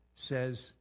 says